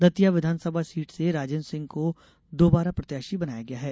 दतिया विधानसभा सीट से राजेन्द्र सिंह को दोबारा प्रत्याशी बनाया गया है